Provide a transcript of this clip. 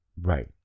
right